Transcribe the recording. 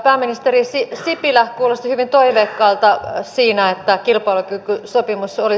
pääministeri sipilä kuulosti hyvin toiveikkaalta siinä että kilpailukyky sopimus oli